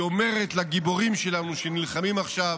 היא אומרת לגיבורים שלנו שנלחמים עכשיו